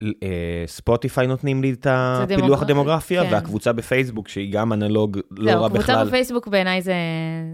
ספוטיפיי נותנים לי את הפילוח הדמוגרפי והקבוצה בפייסבוק שהיא גם אנלוג לא רע בכלל. יותר פייסבוק בעיניי זה...